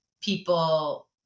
people